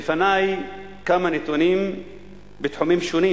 בפני כמה נתונים בתחומים שונים